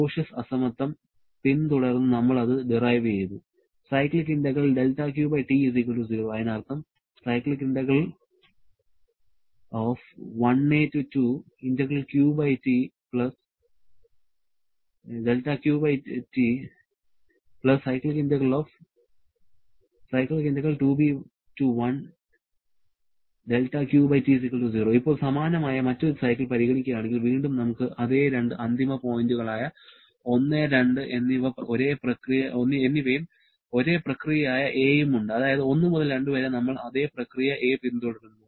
Clausius അസമത്വം പിന്തുടർന്ന് നമ്മൾ അത് ഡിറൈവ് ചെയ്തു അതിനർത്ഥം ഇപ്പോൾ സമാനമായ മറ്റൊരു സൈക്കിൾ പരിഗണിക്കുകയാണെങ്കിൽ വീണ്ടും നമുക്ക് അതെ രണ്ട് അന്തിമ പോയിന്റുകളായ 1 2 എന്നിവയും ഒരേ പ്രക്രിയയായ 'a' ഉം ഉണ്ട് അതായത് 1 മുതൽ 2 വരെ നമ്മൾ അതേ പ്രക്രിയ a പിന്തുടരുന്നു